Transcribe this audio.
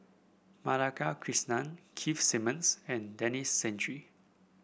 Madhavi Krishnan Keith Simmons and Denis Santry